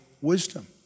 wisdom